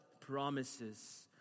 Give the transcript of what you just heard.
promises